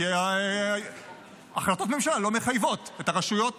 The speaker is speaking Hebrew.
כי החלטות ממשלה לא מחייבות את הרשויות